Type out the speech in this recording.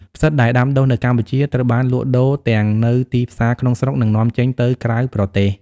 ផ្សិត ដែលដាំដុះនៅកម្ពុជាត្រូវបានលក់ដូរទាំងនៅទីផ្សារក្នុងស្រុក និងនាំចេញទៅក្រៅប្រទេស។